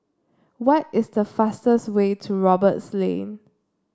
what is the fastest way to Roberts Lane